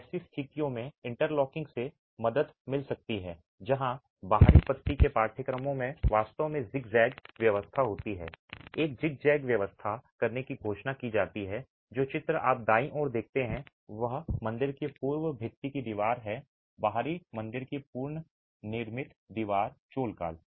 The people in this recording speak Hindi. ऐसी स्थितियों में इंटरलॉकिंग से मदद मिल सकती है जहां बाहरी पत्ती के पाठ्यक्रमों में वास्तव में ज़िगज़ैग व्यवस्था होती है एक ज़िगज़ैग व्यवस्था करने की घोषणा की जाती है जो चित्र आप दाईं ओर देखते हैं वह मंदिर की पूर्व भित्ति की दीवार है बाहरी मंदिर की पूर्वनिर्मित दीवार चोल काल